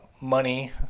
money